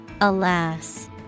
Alas